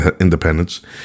independence